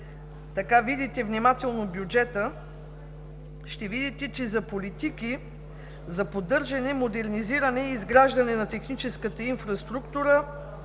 ако погледнете внимателно бюджета, ще видите, че за политики за поддържане, модернизиране и изграждане на техническата инфраструктура,